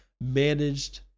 managed